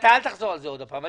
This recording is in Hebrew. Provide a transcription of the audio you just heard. אל תחזור על זה עוד פעם.